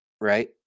Right